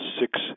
six